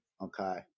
okay